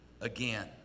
again